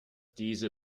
diese